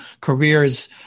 careers